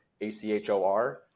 A-C-H-O-R